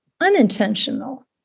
unintentional